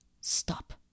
stop